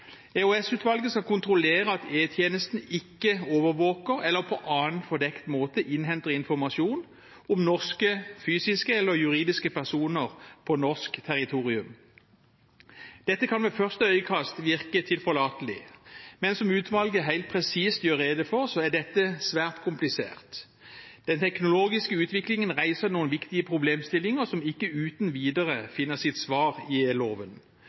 skal kontrollere at E-tjenesten ikke overvåker eller på annen fordekt måte innhenter informasjon om norske fysiske eller juridiske personer på norsk territorium. Dette kan ved første øyekast virke tilforlatelig, men som utvalget helt presist gjør rede for, er dette svært komplisert. Den teknologiske utviklingen reiser noen viktige problemstillinger som ikke uten videre finner sitt svar i e-loven. Både trusselbildet og teknologien er endret siden loven